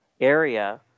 area